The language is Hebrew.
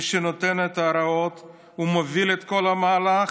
נותן את ההוראות ומוביל את כל המהלך,